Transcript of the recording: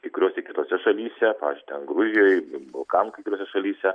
kai kuriose kitose šalyse pavyzdžiui ten gruzijoj balkanų kai kuriose šalyse